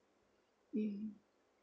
mm